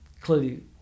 clearly